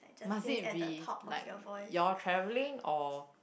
must it be like you all travelling or